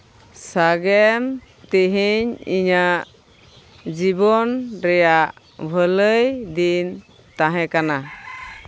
ᱥᱟᱜᱮᱱ ᱛᱮᱦᱮᱧ ᱤᱧᱟᱹᱜ ᱡᱤᱵᱚᱱ ᱨᱮᱭᱟᱜ ᱵᱷᱟᱹᱞᱟᱹᱭ ᱫᱤᱱ ᱛᱟᱦᱮᱸ ᱠᱟᱱᱟ